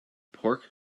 pork